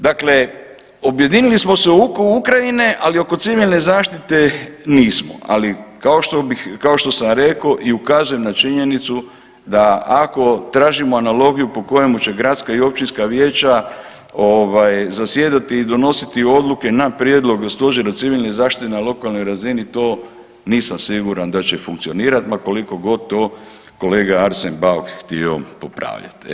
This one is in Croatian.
Dakle, objedinili smo se oko Ukrajine, ali oko civilne zaštite nismo, ali kao što bih, kao što sam rekao i ukazujem na činjenicu da ako tražimo analogiju po kojemu će gradska i općinska vijeća ovaj zasjedati i donositi odluke na prijedlog stožera civilne zaštite na lokalnoj razini to nisam siguran da će funkcionirat ma koliko god to kolega Arsen Bauk htio popravljat.